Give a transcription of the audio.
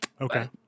Okay